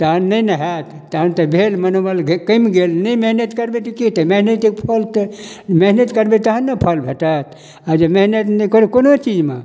तहन नहि ने हैत तहन तऽ भेल मनोबल कमि गेल नहि मेहनति करबै तऽ कि हेतै मेहनतिके फल तऽ मेहनति करबै तहन ने फल भेटत आओर जे मेहनति नहि कोनो चीजमे